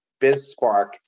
BizSpark